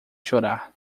chorar